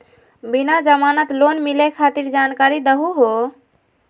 बिना जमानत लोन मिलई खातिर जानकारी दहु हो?